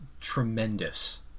tremendous